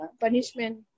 punishment